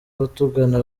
abatugana